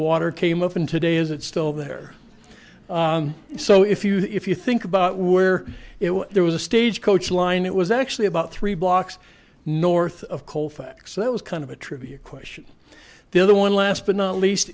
water came up and today is it still there so if you if you think about where it was there was a stagecoach line it was actually about three blocks north of colfax that was kind of a trivia question the other one last but not least